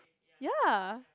ya